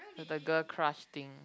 the the girl crush thing